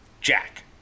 Jack